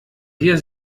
dir